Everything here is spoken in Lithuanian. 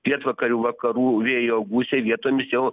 pietvakarių vakarų vėjo gūsiai vietomis jau